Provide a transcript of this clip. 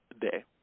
Day